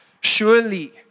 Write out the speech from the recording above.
Surely